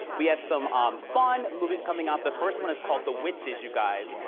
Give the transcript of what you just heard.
we have some um fun movies coming up. the first one is called the witches, you guys.